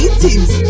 teams